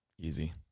Easy